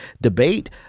debate